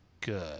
good